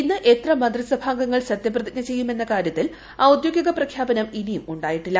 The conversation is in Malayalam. ഇന്ന് എത്ര മന്ത്രിസഭാ അംഗങ്ങൾ സത്യപ്രതിജ്ഞ ചെയ്യുമെന്ന കാര്യത്തിൽ ഔദ്യോഗിക പ്രഖ്യാപനം ഇനിയും ഉണ്ടായിട്ടില്ല